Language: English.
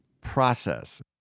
process